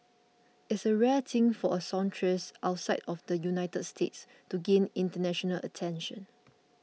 it's a rare thing for a songstress outside of the United States to gain international attention